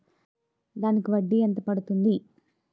దానికి వడ్డీ ఎంత పడుతుంది?